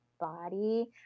body